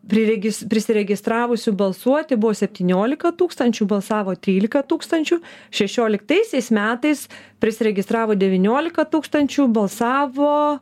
priregis prisiregistravusių balsuoti buvo septyniolika tūkstančių balsavo trylika tūkstančių šešioliktaisiais metais prisiregistravo devyniolika tūkstančių balsavo